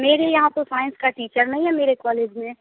मेरे यहाँ तो साइंस का टीचर नहीं है मेरे कॉलेज में